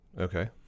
Okay